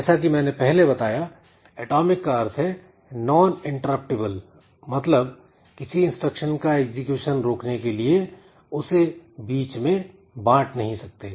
जैसा कि मैंने पहले बताया एटॉमिक का अर्थ है non interruptible मतलब किसी इंस्ट्रक्शन का एग्जीक्यूशन रोकने के लिए उसे बीच में बांट नहीं सकते